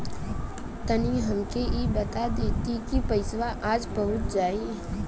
तनि हमके इ बता देती की पइसवा आज पहुँच जाई?